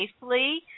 safely